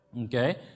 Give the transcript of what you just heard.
okay